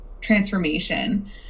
transformation